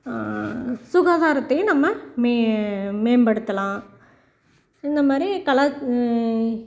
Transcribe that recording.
சுகாதாரத்தையும் நம்ம மே மேம்படுத்தலாம் இந்த மாதிரி கலா